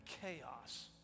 chaos